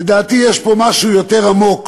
לדעתי, יש פה משהו יותר עמוק